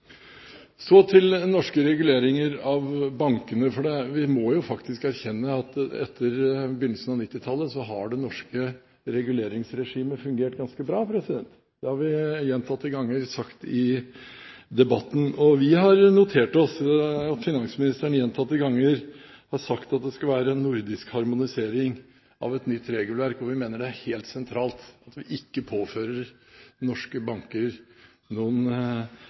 Så til norske reguleringer av bankene. Vi må faktisk erkjenne at siden begynnelsen av 1990-tallet har det norske reguleringsregimet fungert ganske bra. Det har vi gjentatte ganger sagt i debatter. Vi har notert oss at finansministeren gjentatte ganger har sagt at det skal være en nordisk harmonisering av et nytt regelverk, og vi mener det er helt sentralt at vi ikke påfører norske banker noen